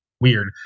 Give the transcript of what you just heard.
weird